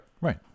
Right